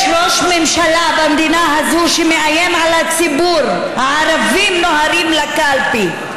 יש ראש ממשלה במדינה הזאת שמאיים על הציבור: הערבים נוהרים לקלפי,